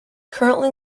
currently